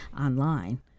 online